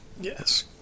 Yes